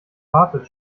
wartet